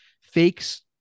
fakes